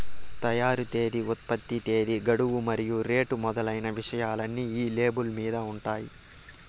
తయారీ తేదీ ఉత్పత్తి తేదీ గడువు మరియు రేటు మొదలైన విషయాలన్నీ ఈ లేబుల్ మీద ఉంటాయి